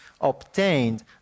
obtained